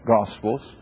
Gospels